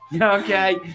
Okay